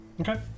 Okay